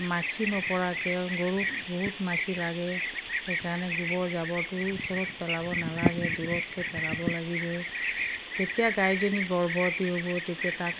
মাখি নপৰাকৈও গৰুক বহুত মাখি লাগে সেইকাৰণে গোবৰ জাবৰটো ওচৰত পেলাব নালাগে দূৰত গৈ পেলাব লাগিব যেতিয়া গাইজনী গৰ্ভৱতী হ'ব তেতিয়া তাক